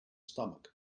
stomach